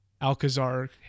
alcazar